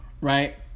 Right